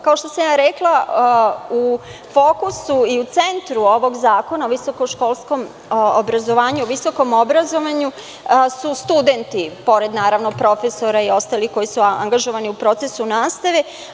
Kao što sam rekla, u fokusu, u centru ovog zakona o visokoškolskom obrazovanju, o visokom obrazovanju su studenti, pored profesora i ostalih koji su angažovani u procesu nastave.